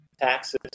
taxes